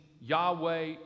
Yahweh